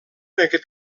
aquest